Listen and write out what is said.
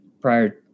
prior